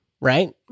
right